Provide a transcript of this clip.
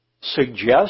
suggest